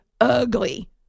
ugly